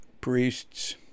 priests